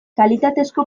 kalitatezko